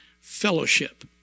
fellowship